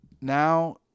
Now